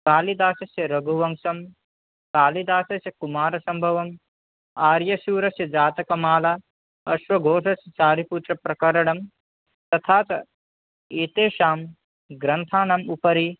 कालिदासस्य रघुवंशः कालिदासस्य कुमारसम्भवम् आर्यशूरस्य जातकमाला अश्वघोषस्य सारिपुत्रप्रकरणं तथा च एतेषां ग्रन्थानामुपरि